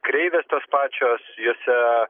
kreivės tos pačios juose